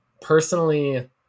personally